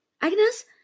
agnes